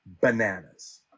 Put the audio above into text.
bananas